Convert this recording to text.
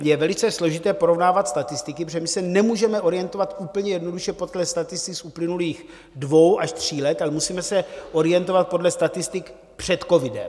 Je velice složité porovnávat statistiky, protože se nemůžeme orientovat úplně jednoduše podle statistik z uplynulých dvou až tří let, ale musíme se orientovat podle statistik před covidem.